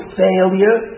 failure